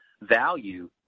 value